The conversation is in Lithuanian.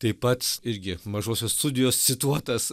tai pat irgi mažosios studijos cituotas